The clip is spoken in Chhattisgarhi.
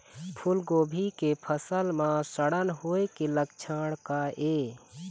फूलगोभी के फसल म सड़न होय के लक्षण का ये?